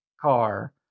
car